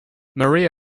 maria